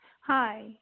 Hi